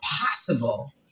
possible